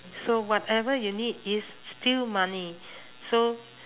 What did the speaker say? so whatever you need is still money so